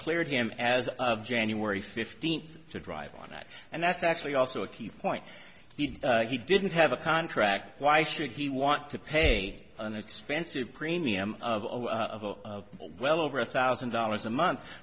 cleared him as of january fifteenth to drive on that and that's actually also a key point he didn't have a contract why should he want to pay an expensive premium of well over a thousand dollars a month